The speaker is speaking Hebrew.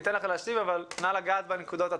נא לגעת בנקודות עצמן.